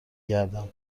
گردم